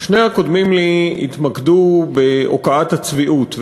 שני הקודמים לי התמקדו בהוקעת הצביעות.